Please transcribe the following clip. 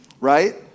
right